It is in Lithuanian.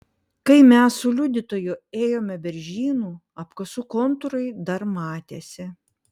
kai mes su liudytoju ėjome beržynu apkasų kontūrai dar matėsi